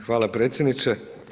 Hvala predsjedniče.